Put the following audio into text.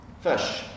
fish